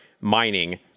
mining